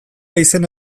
izena